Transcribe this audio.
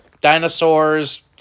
Dinosaurs